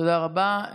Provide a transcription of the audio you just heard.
תודה רבה.